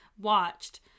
watched